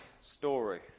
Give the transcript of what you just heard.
story